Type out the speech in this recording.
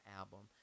album